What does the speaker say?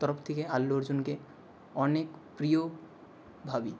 তরফ থেকে আল্লু অর্জুনকে অনেক প্রিয় ভাবি